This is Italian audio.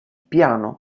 piano